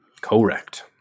Correct